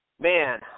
man